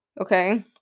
okay